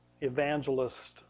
evangelist